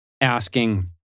asking